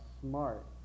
smart